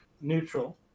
neutral